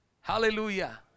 Hallelujah